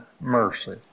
mercy